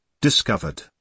Discovered